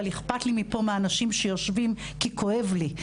אבל אכפת לי פה מהאנשים שיושבים כי כואב לי,